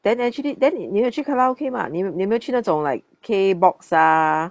then actually then 你你有去 karaoke mah 你你有没有去那种 like K box ah